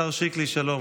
השר שיקלי, שלום.